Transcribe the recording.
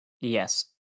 Yes